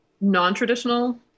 non-traditional